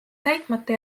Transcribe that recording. täitmata